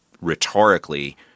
rhetorically